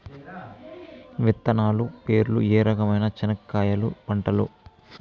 విత్తనాలు పేర్లు ఏ రకమైన చెనక్కాయలు పంటలు?